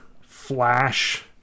Flash